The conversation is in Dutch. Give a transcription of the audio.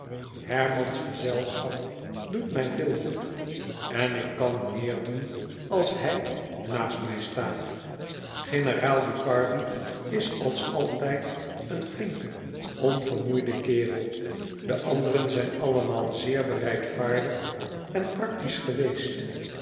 hermans gezelschap doet mij veel goed en ik kan meer doen als hij naast mij staat generaal ducardi is als altijd een flinke onvermoeide kerel de anderen zijn allemaal zeer bereidvaardig en practisch geweest